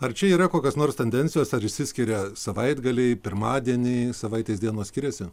ar čia yra kokios nors tendencijos ar išsiskiria savaitgalį pirmadienį savaitės dienos skiriasi